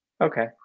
Okay